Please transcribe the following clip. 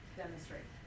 demonstrate